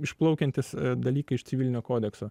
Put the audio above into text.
išplaukiantys dalykai iš civilinio kodekso